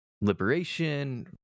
liberation